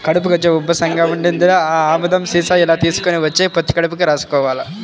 కడుపు కొంచెం ఉబ్బసంగా ఉందిరా, ఆ ఆముదం సీసా ఇలా తీసుకొని వచ్చెయ్, పొత్తి కడుపుకి రాసుకోవాల